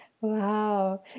Wow